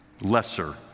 lesser